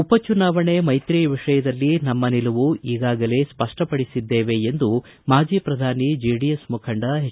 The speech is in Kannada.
ಉಪಚುನಾವಣೆ ಮೈತ್ರಿಯ ವಿಷಯದಲ್ಲಿ ನಮ್ಮ ನಿಲುವು ಈಗಾಗಲೇ ಸ್ಪಷ್ಟಪಡಿಸಿದ್ದೇವೆ ಎಂದು ಮಾಜಿ ಪ್ರಧಾನಿ ಜೆಡಿಎಸ್ ಮುಖಂಡ ಎಚ್